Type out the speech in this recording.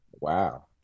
Wow